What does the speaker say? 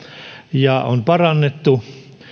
ja on parannettu